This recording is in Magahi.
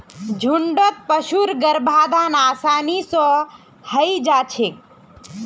झुण्डत पशुर गर्भाधान आसानी स हई जा छेक